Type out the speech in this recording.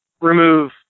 remove